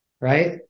right